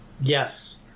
Yes